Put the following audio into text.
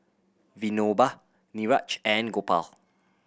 Vinoba Niraj and Gopal